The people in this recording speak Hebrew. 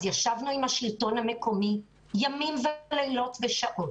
אז ישבנו עם השלטון המקומי ימים ולילות ושעות,